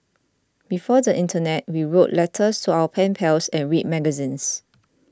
before the internet we wrote letters to our pen pals and read magazines